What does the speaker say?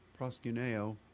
proscuneo